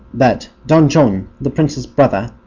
that don john, the prince's brother,